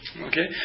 Okay